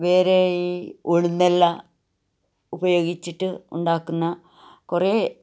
വേറെ ഈ ഉഴുന്നെല്ലാം ഉപയോഗിച്ചിട്ട് ഉണ്ടാക്കുന്ന കുറേ